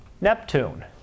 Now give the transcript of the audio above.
Neptune